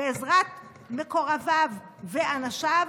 בעזרת מקורביו ואנשיו,